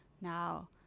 now